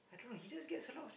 he just gets a lot of things